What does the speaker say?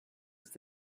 ist